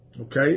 okay